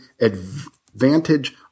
advantage